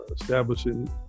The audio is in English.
establishing